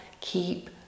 keep